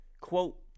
quote